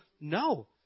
no